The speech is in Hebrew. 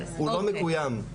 הוא לא מקוים.